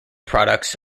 products